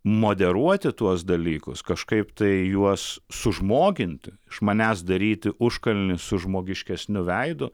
moderuoti tuos dalykus kažkaip tai juos sužmoginti iš manęs daryti užkalnį su žmogiškesniu veidu